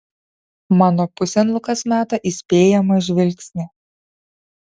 mano pusėn lukas meta įspėjamą žvilgsnį